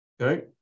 okay